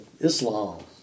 Islam